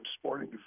sporting